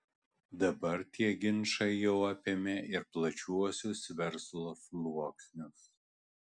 dabar tie ginčai jau apėmė ir plačiuosius verslo sluoksnius